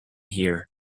here